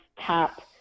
Tap